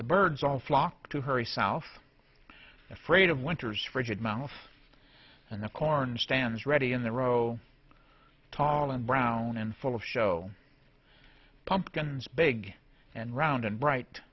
the birds all flock to hurry south afraid of winter's frigid month and the corn stands ready in the row tall and brown and full of show pumpkins big and round and bright